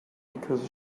because